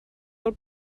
del